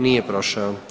Nije prošao.